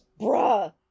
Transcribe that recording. Bruh